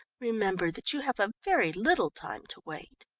remember that you have a very little time to wait.